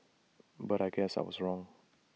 but I guess I was wrong